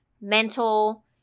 mental